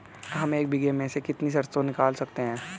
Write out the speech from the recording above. हम एक बीघे में से कितनी सरसों निकाल सकते हैं?